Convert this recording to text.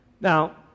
Now